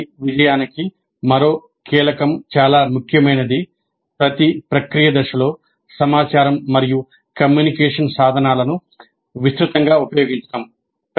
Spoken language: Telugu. పిబిఐ విజయానికి మరో కీలకం చాలా ముఖ్యమైనది ప్రతి ప్రక్రియ దశలో సమాచారం మరియు కమ్యూనికేషన్ సాధనాలను విస్తృతంగా ఉపయోగించడం